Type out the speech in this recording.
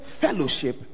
fellowship